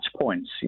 points